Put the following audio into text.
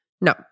No